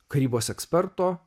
karybos eksperto